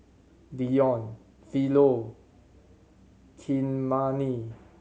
Deon Philo Kymani